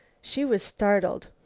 she was startled.